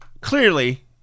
Clearly